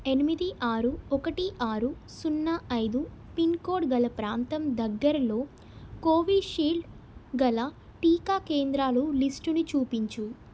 ఎనిమిది ఆరు ఒకటి ఆరు సున్నా ఐదు పిన్ కోడ్ గల ప్రాంతం దగ్గరలో కోవీషీల్డ్ గల టీకా కేంద్రాలు లిస్టుని చూపించుము